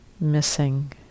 missing